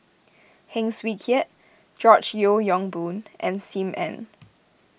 Heng Swee Keat George Yeo Yong Boon and Sim Ann